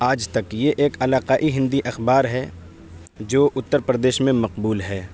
آج تک یہ ایک علاقائی ہندی اخبار ہے جو اتّر پردیس میں مقبول ہے